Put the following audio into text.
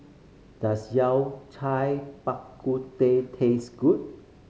does Yao Cai Bak Kut Teh taste good